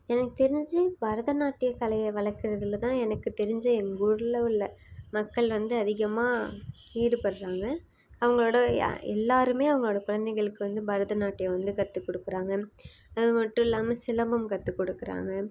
எனக்கு தெரிஞ்சு பரதநாட்டியக் கலையை வளர்க்கறதுல தான் எனக்கு தெரிஞ்ச எங்கள் ஊரில் உள்ள மக்கள் வந்து அதிகமாக ஈடுபடுறாங்க அவங்களோட எல்லாேருமே அவங்களோட குழந்தைகளுக்கு வந்து பரதநாட்டியம் வந்து கற்றுக் கொடுக்குறாங்க அது மட்டும் இல்லாமல் சிலம்பம் கற்றுக் கொடுக்குறாங்க